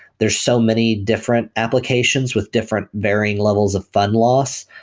there're so many different applications with different varying levels of fund loss.